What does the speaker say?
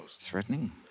Threatening